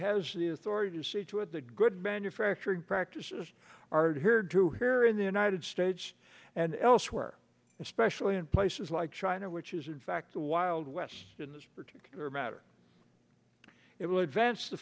has the authority to see to it that good manufacturing practices are here to here in the united states and elsewhere especially in places like china which is in fact the wild west in this particular matter it will advance t